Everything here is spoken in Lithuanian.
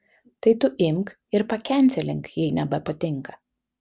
tai tu imk ir pakencelink jei nebepatinka